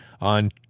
on